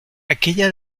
aquella